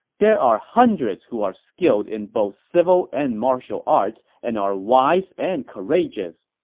there are hundreds who are skilled in both civil and martial arts and are wise and courageous.